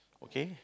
okay